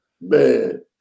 man